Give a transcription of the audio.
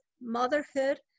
motherhood